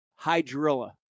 hydrilla